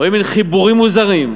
רואים מין חיבורים מוזרים,